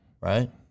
right